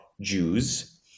Jews